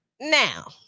Now